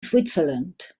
switzerland